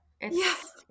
Yes